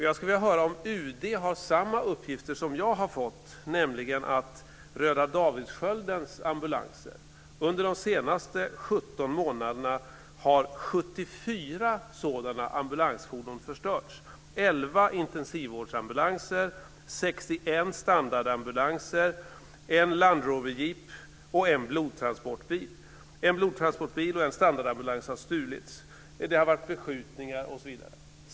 Jag skulle vilja veta om UD har samma uppgifter som jag har fått, nämligen att också Röda Davidssköldens ambulanser har förstörts. Under de senaste 17 månaderna har 74 av Röda Davidssköldens ambulanser har förstörts: elva intensivvårdsambulanser, 61 standardambulanser, en Land Rover-jeep och en blodtransportbil. En blodtransportbil och en standardambulans har stulits, det har varit beskjutningar osv.